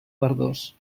verdós